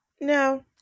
No